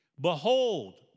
Behold